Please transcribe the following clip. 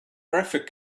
graphic